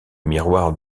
miroir